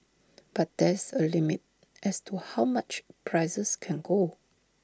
but there's A limit as to how much prices can go